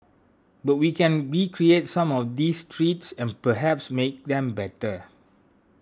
but we can recreate some of these treats and perhaps make them better